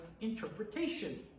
interpretation